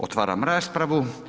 Otvaram raspravu.